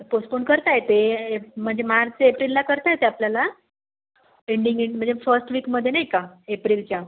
postpone करता येते म्हणजे मार्च एप्रिलला करता येते आपल्याला एंडिंग एंड म्हणजे फस्ट वीकमध्ये नाही का एप्रिलच्या